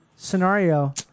Scenario